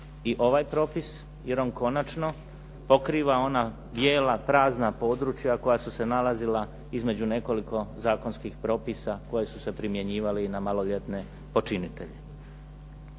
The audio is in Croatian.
i ovaj propis, jer ona konačno pokriva ona bijela prazna područja koja su se nalazila između nekoliko zakonskih propisa koje su se primjenjivali i na maloljetne počinitelje.